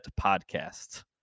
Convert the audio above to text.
Podcast